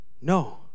No